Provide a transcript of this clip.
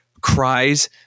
cries